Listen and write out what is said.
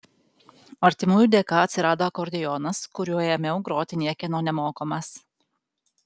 artimųjų dėka atsirado akordeonas kuriuo ėmiau groti niekieno nemokomas